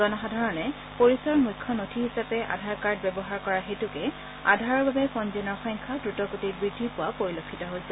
জনসাধাৰণে পৰিচয়ৰ মুখ্য নথি হিচাপে আধাৰ কাৰ্ড ব্যৱহাৰ কৰাৰ হেতুকে আধাৰৰ বাবে পঞ্জীয়নৰ সংখ্যা দ্ৰুত গতিত বৃদ্ধি পোৱা পৰিলক্ষিত হৈছে